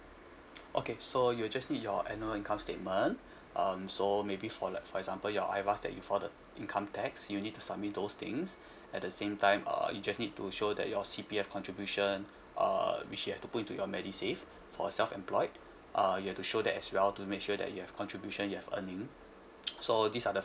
okay so you'll just need your annual income statement um so maybe for like for example your invoice that you file the income tax you need to submit those things at the same time uh you just need to show that your C_P_F contribution uh which you have to put into your medisave for self employed uh you have to show that as well to make sure that you have contribution you have earning so these are the